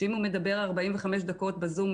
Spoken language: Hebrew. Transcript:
שאם הוא מדבר 45 דקות בזום,